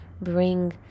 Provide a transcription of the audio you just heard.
bring